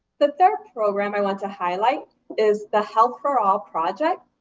the third program i want to highlight is the health for all project.